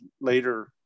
later